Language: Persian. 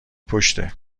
پشته